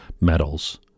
metals